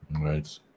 Right